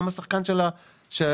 גם השחקן הישראלי,